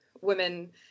women